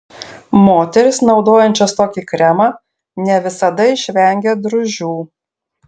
moterys naudojančios tokį kremą ne visada išvengia drūžių